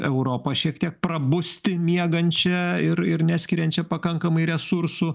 europą šiek tiek prabusti miegančią ir ir neskiriančią pakankamai resursų